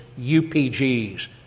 UPGs